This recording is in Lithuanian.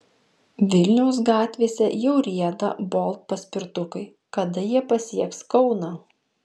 vilniaus gatvėse jau rieda bolt paspirtukai kada jie pasieks kauną